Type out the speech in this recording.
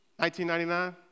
1999